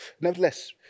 Nevertheless